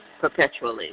perpetually